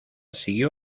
siguió